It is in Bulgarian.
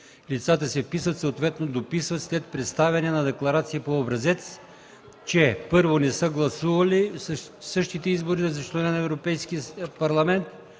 Лицата се вписват, съответно дописват, след представяне на декларация по образец, че: 1. не са гласували в същите избори за членове на Европейския парламент